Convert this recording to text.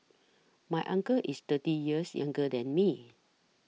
my uncle is thirty years younger than me